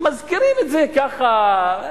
מזכירים את זה ככה,